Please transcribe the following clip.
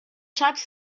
shots